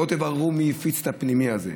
בואו תבררו מי הפיץ את המסמך הפנימי הזה.